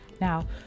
Now